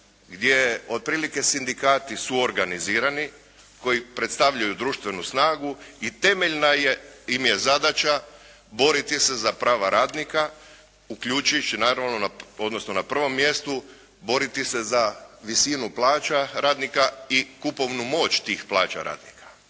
gdje otprilike sindikati su organizirani, koji predstavljaju društvenu snagu i temeljna im je zadaća boriti se za prava radnika uključujući naravno, odnosno na prvom mjestu boriti se za visinu plaća radnika i kupovnu moć tih plaća radnika.